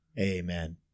amen